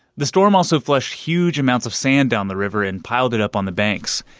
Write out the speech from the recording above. the storm also flushed huge amounts of sand down the river and piled it up on the banks.